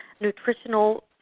nutritional